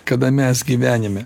kada mes gyvenime